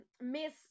miss